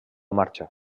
marxa